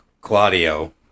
Claudio